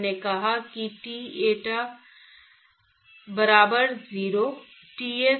हमने कहा कि T एट eta बराबर 0 Ts है